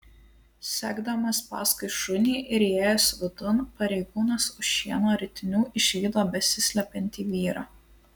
sekdamas paskui šunį ir įėjęs vidun pareigūnas už šieno ritinių išvydo besislepiantį vyrą